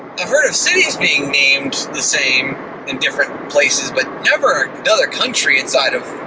i've heard of cities being named the same in different places, but never another country inside of